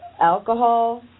alcohol